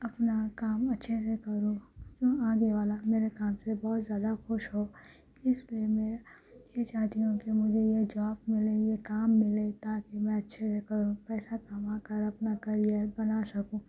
اپنا کام اچھے سے کروں کیوں آگے والا میرے کام سے بہت زیادہ خوش ہو اس لئے میں یہ چاہتی ہوں کہ مجھے یہ جاب ملے یہ کام ملے تاکہ میں اچھے سے کروں پیسہ کما کر اپنا کیریئر بنا سکوں